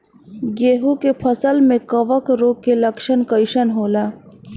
गेहूं के फसल में कवक रोग के लक्षण कइसन होला?